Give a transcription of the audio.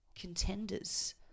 contenders